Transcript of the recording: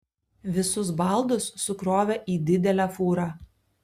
visus baldus sukrovė į didelę fūrą